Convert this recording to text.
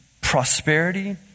prosperity